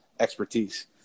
expertise